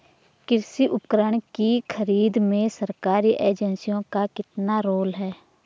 कृषि उपकरण की खरीद में सरकारी एजेंसियों का कितना रोल है?